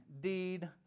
deed